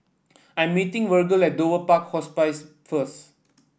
I'm meeting Virgle at Dover Park Hospice first